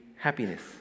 happiness